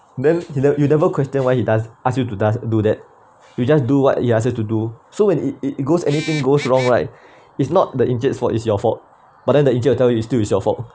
then he never you never question why he does ask you to do that you just do what he ask you to do so when it it goes anything goes wrong right it's not the encik's fault it's your fault but then the encik will tell you still is your fault